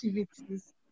activities